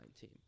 team